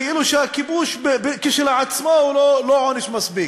כאילו הכיבוש כשלעצמו הוא לא עונש מספיק.